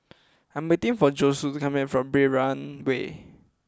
I am waiting for Josue to come back from Brani Way